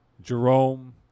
Jerome